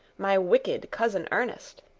my wicked cousin ernest.